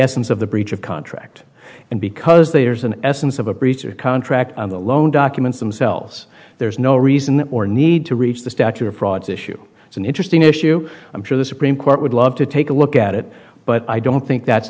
essence of the breach of contract and because there's an essence of a breach or contract on the loan documents themselves there's no reason or need to reach the statute of frauds issue it's an interesting issue i'm sure the supreme court would love to take a look at it but i don't think that's